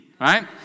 right